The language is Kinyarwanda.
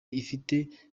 ifite